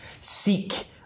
Seek